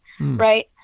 right